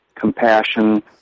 compassion